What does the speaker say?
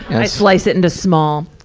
i slice it into small,